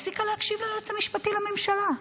הפסיקה להקשיב ליועץ המשפטי לממשלה.